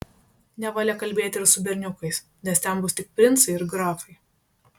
nevalia kalbėti ir su berniukais nes ten bus tik princai ir grafai